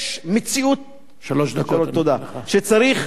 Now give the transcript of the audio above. יש מציאות שצריך